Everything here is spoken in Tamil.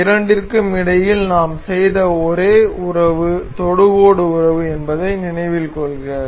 இந்த இரண்டிற்கும் இடையில் நாம் செய்த ஒரே உறவு தொடுகோடு உறவு என்பதை நினைவில் கொள்க